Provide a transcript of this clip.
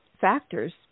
factors